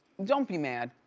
don't be mad.